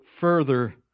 further